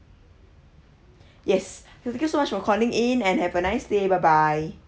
yes thank you so much for calling in and have a nice day bye bye